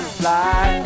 fly